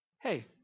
Hey